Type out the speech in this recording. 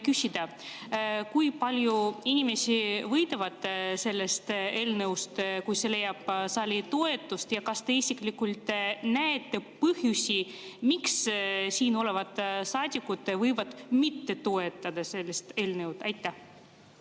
küsida, kui palju inimesi võidavad sellest eelnõust, kui see leiab saali toetuse. Ja kas te isiklikult näete põhjusi, miks siin olevad saadikud võivad mitte toetada seda eelnõu? Austatud